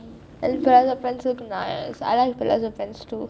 the palazzo pants looks nice I like palazzo pants too